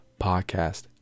podcast